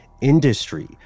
industry